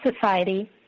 society